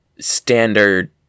standard